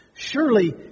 Surely